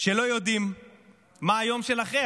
כשלא יודעים מה היום שאחרי?